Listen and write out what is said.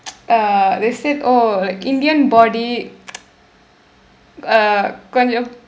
uh they said oh like indian body uh கொஞ்சம்:koncham